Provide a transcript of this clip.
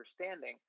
understanding